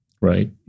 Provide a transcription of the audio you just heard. right